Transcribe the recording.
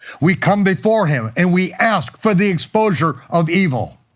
we come before him and we ask for the exposure of evil.